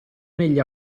negli